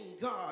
God